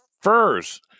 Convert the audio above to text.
first